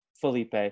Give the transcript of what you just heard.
felipe